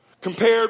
compared